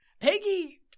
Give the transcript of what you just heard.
Peggy